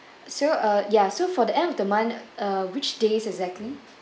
so uh ya so for the end of the month uh which days exactly